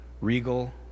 regal